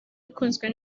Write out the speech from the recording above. ikunzwe